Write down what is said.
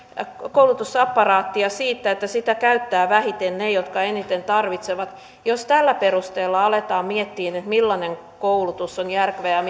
koulutusaparaattia siitä että sitä käyttävät vähiten ne jotka eniten tarvitsevat jos tällä perusteella aletaan miettiä millainen koulutus on järkevää